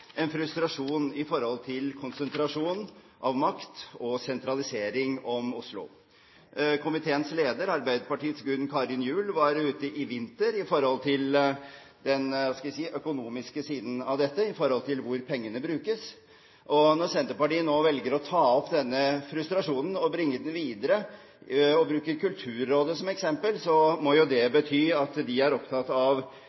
en frustrasjon i forhold til konsentrasjon av makt og sentralisering om Oslo. Komiteens leder, Arbeiderpartiets Gunn Karin Gjul, var ute i vinter med hensyn til den økonomiske siden av dette når det gjelder hvor pengene brukes. Når Senterpartiet nå velger å ta opp denne frustrasjonen og bringe den videre, og bruker Kulturrådet som eksempel, må jo det